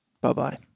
Bye-bye